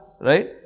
Right